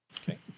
Okay